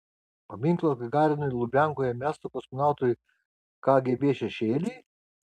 paminklas gagarinui lubiankoje mestų kosmonautui kgb šešėlį